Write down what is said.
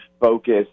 focus